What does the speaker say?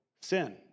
sin